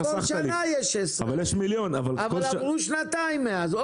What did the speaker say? אבל בכל שנה יש רכבים חדשים ועברו שנתיים מאז.